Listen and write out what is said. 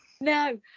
No